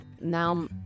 now